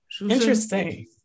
Interesting